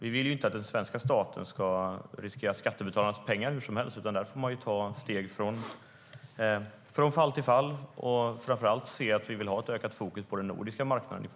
Vi vill ju inte att svenska staten ska riskera skattebetalarnas pengar hur som helst. Där får man ta olika steg från fall till fall, och framför allt se att vi vill ha ett ökat fokus på den nordiska marknaden.